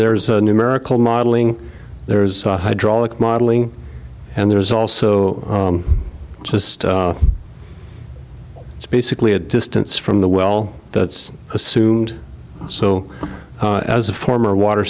there is a numerical modeling there's a hydraulic modeling and there is also just it's basically a distance from the well that's assumed so as a former water